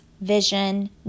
vision